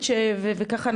תאגיד עוז, בבקשה.